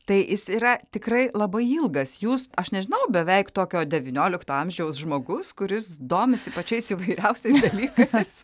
tai jis yra tikrai labai ilgas jūs aš nežinau beveik tokio devyniolikto amžiaus žmogus kuris domisi pačiais įvairiausiais dalykais